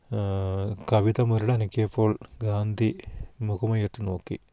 കവിത മുരളനക്കിയപ്പോൾ ഗാന്ധി മുഖമുയർത്തി നോക്കി